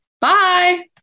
Bye